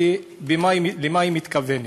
ולמה היא מתכוונת.